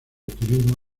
turismo